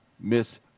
miss